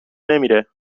نمیره